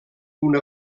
una